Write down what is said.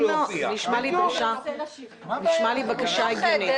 נשמע לי בקשה הגיונית.